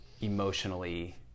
emotionally